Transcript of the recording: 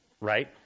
Right